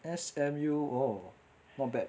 S_M_U !whoa! not bad